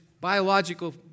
biological